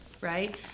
right